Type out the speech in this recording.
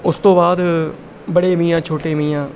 ਉਸ ਤੋਂ ਬਾਅਦ ਬੜੇ ਮੀਆਂ ਛੋਟੇ ਮੀਆਂ